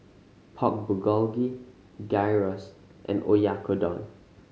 Pork Bulgogi Gyros and Oyakodon